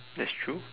that's true